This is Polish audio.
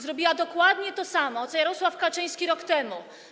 Zrobiła dokładnie to samo co Jarosław Kaczyński rok temu.